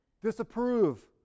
Disapprove